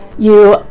you,